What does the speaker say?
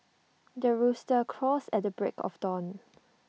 the rooster crows at the break of dawn